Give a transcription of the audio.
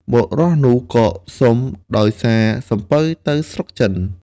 បុរសនោះក៏សុំដោយសារសំពៅទៅស្រុកចិន។